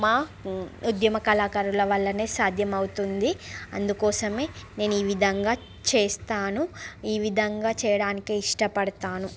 మా ఉద్యమ కళాకారుల వల్లనే సాధ్యం అవుతుంది అందుకోసమే నేనివిధంగా చేస్తాను ఈ విధంగా చేయడానికే ఇష్టపడుతాను